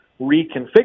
reconfigure